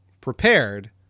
prepared